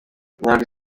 nyandwi